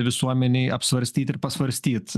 visuomenei apsvarstyt ir pasvarstyt